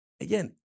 Again